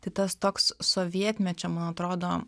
tai tas toks sovietmečio man atrodo